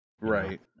Right